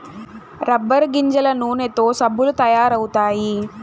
rubber గింజల నూనెతో సబ్బులు తయారు అవుతాయి